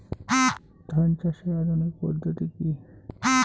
ধান চাষের আধুনিক পদ্ধতি কি?